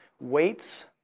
weights